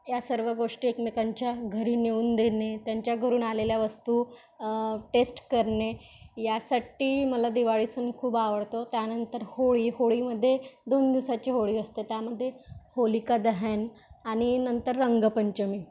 या सर्व गोष्टी एकमेकांच्या घरी नेऊन देणे त्यांच्या घरून आलेल्या वस्तू टेस्ट करणे यासाठी मला दिवाळी सण खूप आवडतो त्यानंतर होळी होळीमध्ये दोन दिवसाची होळी असते त्यामध्ये होलिका दहन आणि नंतर रंगपंचमी